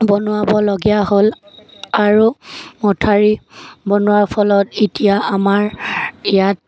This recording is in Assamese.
বনোৱাব লগীয়া হ'ল আৰু মঠাউৰি বনোৱাৰ ফলত এতিয়া আমাৰ ইয়াত